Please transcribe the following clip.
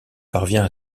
parvient